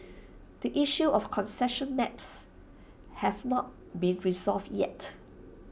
the issue of concession maps have not been resolved yet